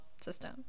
system